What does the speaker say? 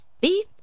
Beef